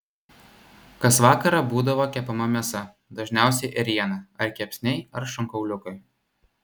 kas vakarą būdavo kepama mėsa dažniausiai ėriena ar kepsniai ar šonkauliukai